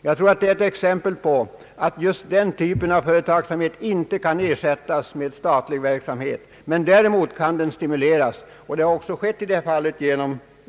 Detta är exempel på att just den typen av företagsamhet inte kan ersättas med statlig verksamhet. Däremot kan den stimuleras